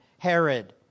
Herod